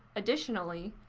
additionally,